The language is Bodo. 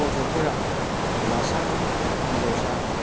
गथ'फोरा हौवासा होन हिनजावसा होन